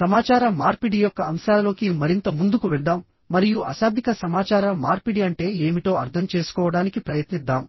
సమాచార మార్పిడి యొక్క అంశాలలోకి మరింత ముందుకు వెళ్దాం మరియు అశాబ్దిక సమాచార మార్పిడి అంటే ఏమిటో అర్థం చేసుకోవడానికి ప్రయత్నిద్దాం